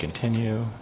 continue